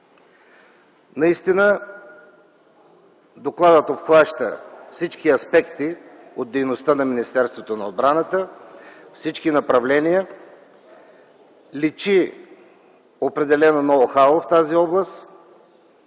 няма! Докладът обхваща всички аспекти от дейността на Министерството на отбраната, всички направления. Личи определено ноу-хау в тази област,